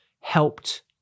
helped